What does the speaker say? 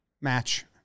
match